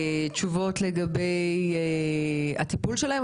התשובות לגבי הטיפול שלהם,